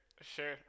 sure